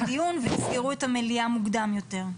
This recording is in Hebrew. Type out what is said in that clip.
יכול להיות שמגיעים לסדרי דיון ויסגרו את המליאה מוקדם יותר.